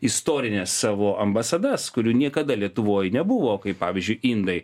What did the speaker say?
istorines savo ambasadas kurių niekada lietuvoj nebuvo kaip pavyzdžiui indai